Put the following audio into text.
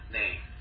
name